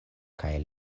kaj